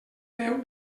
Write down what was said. veu